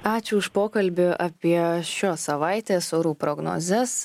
ačiū už pokalbį apie šios savaitės orų prognozes